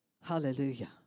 Hallelujah